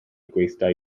gweithdai